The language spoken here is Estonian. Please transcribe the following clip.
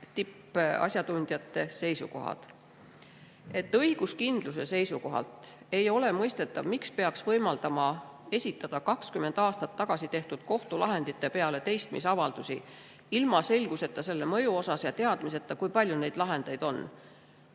tippasjatundjate seisukohad. Õiguskindluse seisukohalt ei ole mõistetav, miks peaks võimaldama esitada 20 aastat tagasi tehtud kohtulahendite peale teistmisavaldusi ilma selguseta selle mõju kohta ja teadmiseta, kui palju neid lahendeid on.